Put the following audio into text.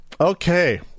Okay